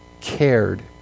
cared